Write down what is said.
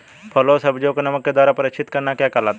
फलों व सब्जियों को नमक के द्वारा परीक्षित करना क्या कहलाता है?